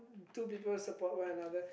two people support one another